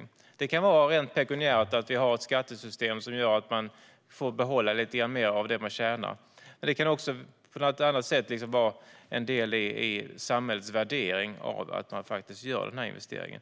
Det är det som är det tredje. Det kan vara rent pekuniärt - att vi har ett skattesystem som gör att man får behålla lite mer av det man tjänar. Men det kan också vara på något annat sätt, som en del i samhällets värdering av att man gör denna investering.